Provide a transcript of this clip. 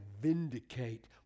vindicate